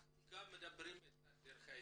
אנחנו גם מדברים על דרכי ההתמודדות.